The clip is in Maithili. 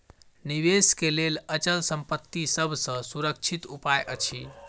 निवेश के लेल अचल संपत्ति सभ सॅ सुरक्षित उपाय अछि